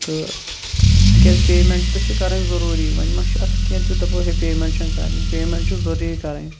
تہٕ تکیاز پیمینٹ تہِ چھِ کَرٕنۍ ضروٗری وۄنھ مہَ چھُ اَتھ کینٛہہ تیُتھ کہِ دَپَو ہے پیمینٹ چھَنہٕ کَرنی پیمینٹ چھِ ضروٗری کَرٕنۍ